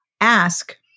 ask